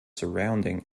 surrounding